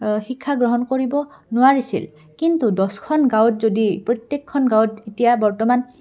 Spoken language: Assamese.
শিক্ষা গ্ৰহণ কৰিব নোৱাৰিছিল কিন্তু দহখন গাঁৱত যদি প্ৰত্যেকখন গাঁৱত এতিয়া বৰ্তমান